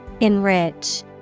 Enrich